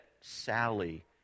Sally